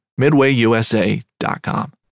MidwayUSA.com